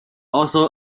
also